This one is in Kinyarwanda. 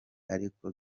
ariko